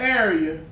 area